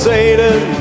Satan